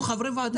אנחנו חברי ועדה.